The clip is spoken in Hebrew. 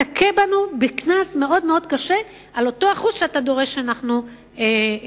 תכה בנו בקנס מאוד-מאוד קשה על אותו אחוז שאתה דורש שאנחנו נחסוך,